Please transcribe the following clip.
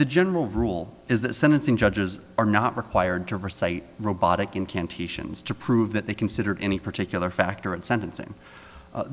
the general rule is that sentencing judges are not required to recite robotic incantations to prove that they consider any particular factor at sentencing